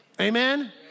Amen